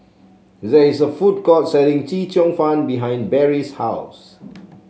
there is a food court selling Chee Cheong Fun behind Barrie's house